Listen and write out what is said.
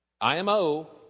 IMO